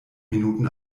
minuten